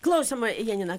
klausoma janina